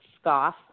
scoff